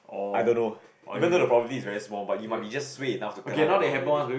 I don't know even though the property is very small but it might be just suay enough to kena that probability